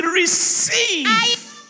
receive